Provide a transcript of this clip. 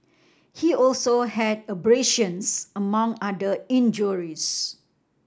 he also had abrasions among other injuries